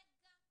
רגע.